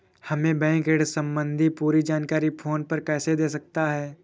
हमें बैंक ऋण संबंधी पूरी जानकारी फोन पर कैसे दे सकता है?